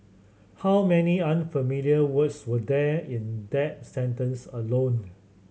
how many unfamiliar words were there in that sentence alone